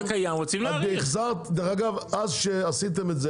אז שעשיתם את זה,